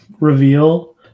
reveal